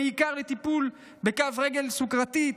בעיקר לטיפול בכף רגל סוכרתית,